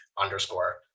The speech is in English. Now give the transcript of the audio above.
underscore